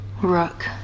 Rook